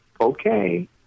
okay